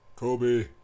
Kobe